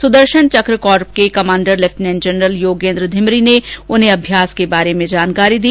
Sudarshan Chakra corps के commander lieutenant general Yogendra Dimri ने उन्हें अभ्यास के बारे में जानकारी दी